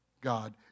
God